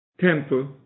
temple